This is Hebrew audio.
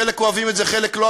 חלק אוהבים את זה וחלק לא,